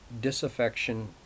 disaffection